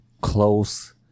close